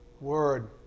Word